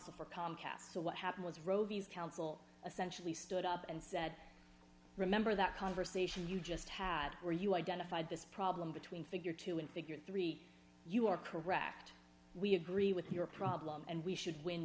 for comcast so what happened was rove's counsel essentially stood up and said remember that conversation you just had where you identified this problem between figure two in figure three you are correct we agree with your problem and we should win